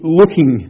looking